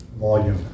Volume